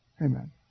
Amen